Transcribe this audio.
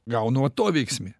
gaunu atoveiksmį